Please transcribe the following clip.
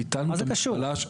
במה זה קשור.